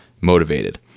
motivated